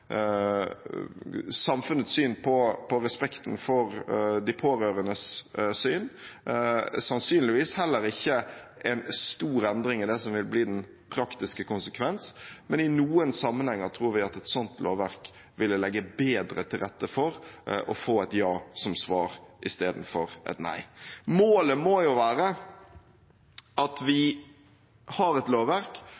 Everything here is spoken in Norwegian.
samfunnets syn på respekten for de pårørendes syn, sannsynligvis heller ikke en stor endring i det som vil bli den praktiske konsekvens, men i noen sammenhenger tror vi at et sånt lovverk ville legge bedre til rette for å få et ja som svar istedenfor et nei. Målet må jo være at vi har et lovverk